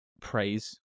praise